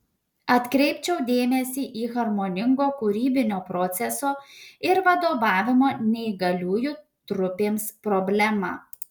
atkreipčiau dėmesį į harmoningo kūrybinio proceso ir vadovavimo neįgaliųjų trupėms problemą